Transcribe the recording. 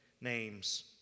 names